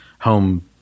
home